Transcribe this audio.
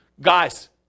guys